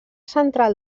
central